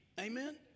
Amen